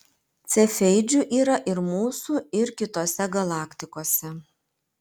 cefeidžių yra ir mūsų ir kitose galaktikose